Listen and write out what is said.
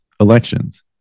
elections